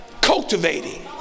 cultivating